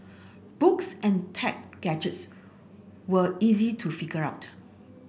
books and tech gadgets were easy to figure out